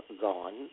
gone